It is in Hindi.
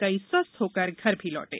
कई स्वस्थ हाक्रर घर लौटे